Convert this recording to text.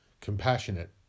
compassionate